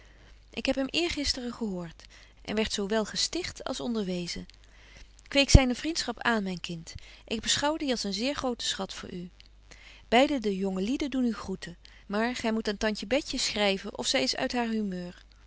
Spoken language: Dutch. ik heb hem eergisteren gehoort en werd zo wel gesticht als onderwezen kweek zyne vriendschap aan myn kind ik beschouw die als een zeer grote schat voor u beide de jonge lieden doen u groeten maar gy moet aan tantje betje schryven of zy is uit haar humeur